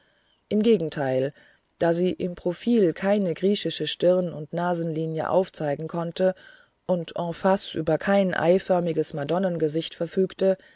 im gegenteil da sie im profil keine griechische stirn und nasenlinie aufzeigen konnte und en face über kein eiförmiges madonnengesicht verfügte